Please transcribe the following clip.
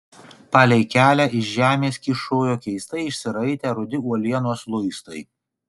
palei kelią iš žemės kyšojo keistai išsiraitę rudi uolienos luistai